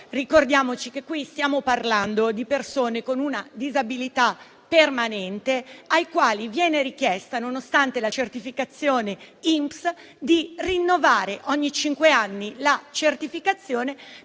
Ricordiamo, però, che qui stiamo parlando di persone con una disabilità permanente, alle quali viene richiesta, nonostante la certificazione INPS, di rinnovare ogni cinque anni tale certificazione, per